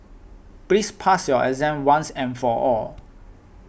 please pass your exam once and for all